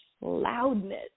loudness